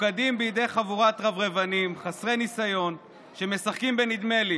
מופקדים בידי חבורת רברבנים חסרי ניסיון שמשחקים בנדמה לי